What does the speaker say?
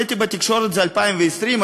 ראיתי בתקשורת שזה 2020,